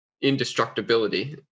indestructibility